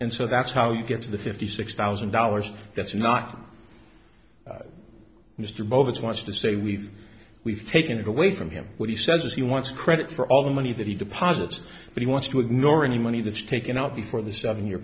and so that's how you get to the fifty six thousand dollars that's not mr bovis wants to say we've we've taken it away from him but he says he wants credit for all the money that he deposits but he wants to ignore any money that's taken out before the seven year